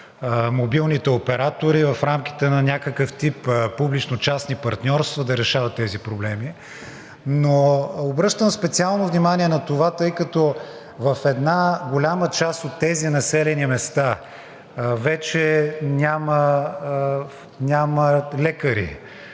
мобилните оператори в рамките на някакъв тип публично-частни партньорства да решават тези проблеми. Обръщам специално внимание на това, тъй като в една голяма част от тези населени места вече няма лекари,